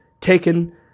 taken